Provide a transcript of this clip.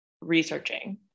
researching